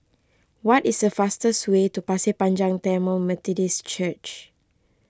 what is the fastest way to Pasir Panjang Tamil Methodist Church